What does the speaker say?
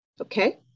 Okay